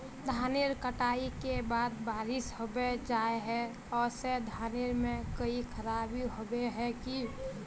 धानेर कटाई के बाद बारिश होबे जाए है ओ से धानेर में कोई खराबी होबे है की?